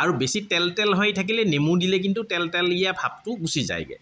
আৰু বেছি তেল তেল হৈ থাকিলে নেমু দিলে কিন্তু তেল তেলীয়া ভাবটো গুছি যায়গৈ